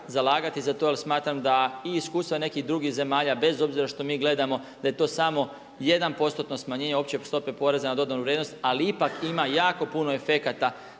zalagati za to jer smatram da i iskustva nekih drugih zemalja bez obzira što mi gledamo da je to samo jedan postotno smanjenje opće stope poreza na dodanu vrijednost, ali ipak ima jako puno efekata